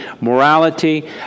morality